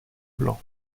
blanc